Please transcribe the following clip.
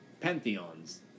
pantheons